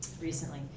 recently